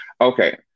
Okay